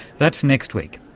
that's next week.